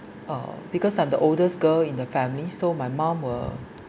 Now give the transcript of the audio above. uh because I'm the oldest girl in the family so my mum will